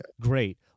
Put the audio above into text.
great